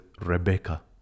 Rebecca